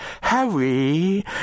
Harry